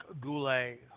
Goulet